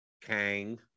Kang